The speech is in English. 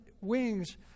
wings